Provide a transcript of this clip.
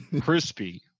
Crispy